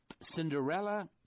Cinderella